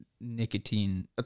nicotine